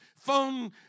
phone